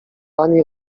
ani